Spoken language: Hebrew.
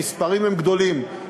המספרים הם גדולים,